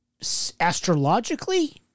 astrologically